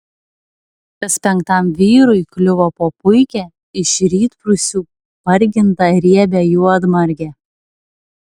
kas penktam vyrui kliuvo po puikią iš rytprūsių pargintą riebią juodmargę